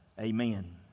amen